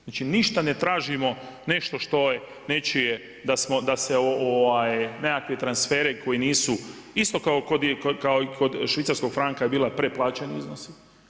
Znači ništa ne tražimo nešto što je nečije da se nekakvi transferi koji nisu isto kao i kod švicarskog franka je bila preplaćeni iznosi.